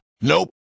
Nope